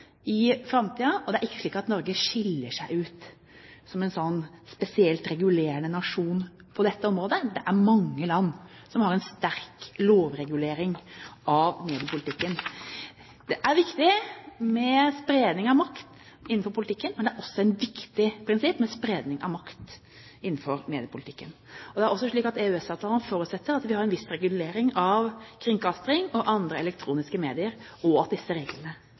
i framtida. Og det er ikke slik at Norge skiller seg ut som en spesielt regulerende nasjon på dette området – det er mange land som har en sterk lovregulering av mediepolitikken. Det er viktig med spredning av makt innenfor politikken, men det er også et viktig prinsipp med spredning av makt innenfor mediepolitikken. Det er også slik at EØS-avtalen forutsetter at vi har en viss regulering av kringkasting og andre elektroniske medier, og at disse reglene